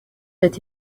ati